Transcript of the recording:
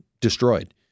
destroyed